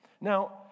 Now